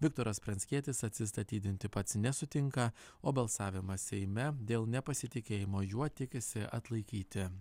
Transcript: viktoras pranckietis atsistatydinti pats nesutinka o balsavimą seime dėl nepasitikėjimo juo tikisi atlaikyti